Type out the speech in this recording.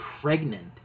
pregnant